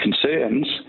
concerns